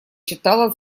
читала